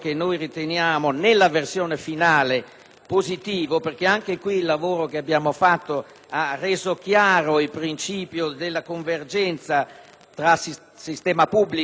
finale, perché anche qui il lavoro che abbiamo fatto ha reso chiaro il principio della convergenza tra sistema pubblico e gestione privata dei rapporti di lavoro.